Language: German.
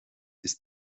ist